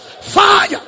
Fire